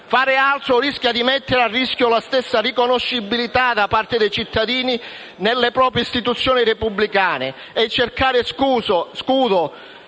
Fare altro rischia di mettere in pericolo la stessa riconoscibilità da parte dei cittadini nelle istituzioni repubblicane. Cercare uno